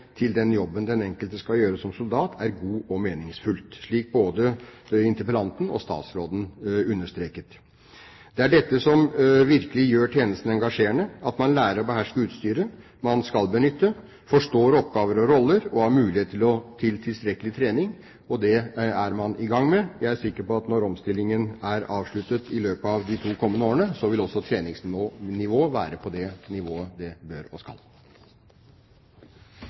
til den jobben den enkelte skal gjøre som soldat, er god og meningsfull, slik både interpellanten og statsråden understreket. Det er dette som virkelig gjør tjenesten engasjerende, at man lærer å beherske utstyret man skal benytte, forstår oppgaver og roller, og har muligheter til tilstrekkelig trening. Det er man i gang med. Jeg er sikker på at når omstillingen er avsluttet i løpet av de to kommende årene, vil også treningsnivået være der det bør og skal